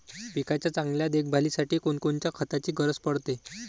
पिकाच्या चांगल्या देखभालीसाठी कोनकोनच्या खताची गरज पडते?